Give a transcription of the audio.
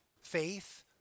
faith